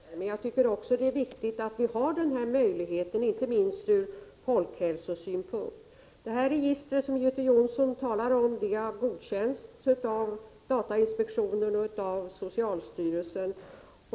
Fru talman! Jag tycker också att man skall minimera antalet register, men det är även viktigt att vi har denna möjlighet, inte minst ur folkhälsosynpunkt. Det register som Göte Jonsson talar om har godkänts av datainspektionen och av socialstyrelsen.